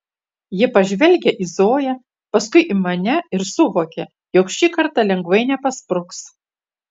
ji pažvelgia į zoją paskui į mane ir suvokia jog šį kartą lengvai nepaspruks